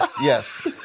Yes